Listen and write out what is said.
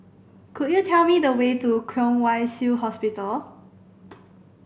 could you tell me the way to Kwong Wai Shiu Hospital